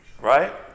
Right